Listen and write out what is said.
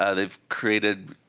ah they've created,